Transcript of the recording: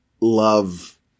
love